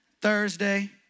Thursday